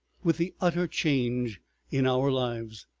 with the utter change in our lives.